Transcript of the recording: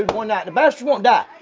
one night. the bastard won't die